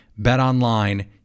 BetOnline